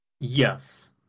Yes